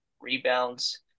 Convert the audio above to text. rebounds